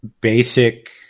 basic